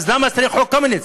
אז למה צריך את חוק קמיניץ,